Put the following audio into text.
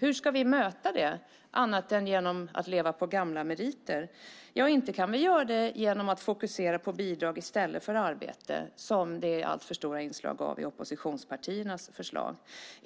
Hur ska vi möta det annat än genom att leva på gamla meriter? Inte kan vi göra det genom att fokusera på bidrag i stället för arbete, som det är alltför stora inslag av i oppositionspartiernas förslag.